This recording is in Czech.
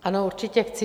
Ano, určitě chci.